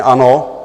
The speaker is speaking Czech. Ano.